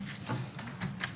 וכואבות מצד שני.